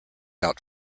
out